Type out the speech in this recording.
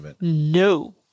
no